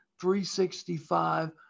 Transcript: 365